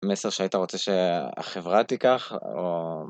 מסר שהיית רוצה שהחברה תיקח, או...